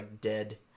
dead